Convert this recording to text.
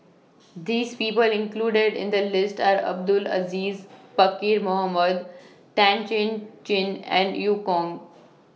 This People included in The list Are Abdul Aziz Pakkeer Mohamed Tan Chin Chin and EU Kong